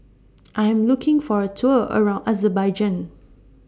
I Am looking For A Tour around Azerbaijan